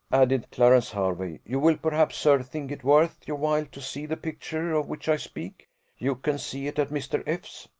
added clarence hervey, you will perhaps, sir, think it worth your while to see the picture of which i speak you can see it at mr. f s,